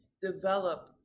Develop